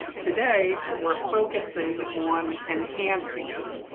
today, we are focusing on enhancements.